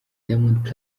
diamond